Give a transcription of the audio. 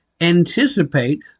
anticipate